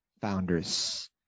founders